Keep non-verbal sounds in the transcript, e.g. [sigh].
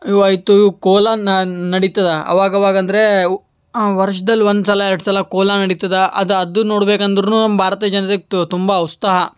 [unintelligible] ಕೋಲನ್ನ ನಡಿತದೆ ಅವಾಗವಾಗ ಅಂದರೆ ವರ್ಷ್ದಲ್ಲಿ ಒಂದು ಸಲ ಎರಡು ಸಲ ಕೋಲ ನಡಿತದೆ ಅದು ಅದು ನೋಡ್ಬೇಕಂದುರೂ ಭಾರತ ಜನ್ರಿಗೆ ತುಂಬ ಉತ್ಸಾಹ